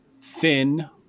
thin